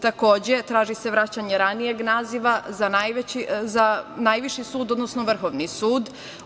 Takođe, traži se vraćanje ranijeg naziva za najviši sud, odnosno Vrhovni sud.